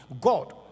God